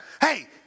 Hey